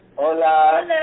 Hola